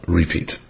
repeat